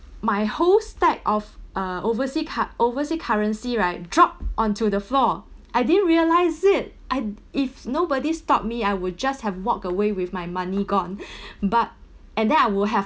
my whole stack of uh overseas cur~ overseas currency right drop onto the floor I didn't realize it I if nobody stopped me I would just have walked away with my money gone but and then I will have